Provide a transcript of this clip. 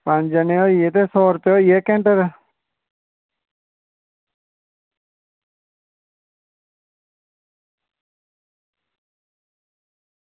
पंज जनें होई गे ते सौ रपेआ होई गेआ इक्क घैंटे दा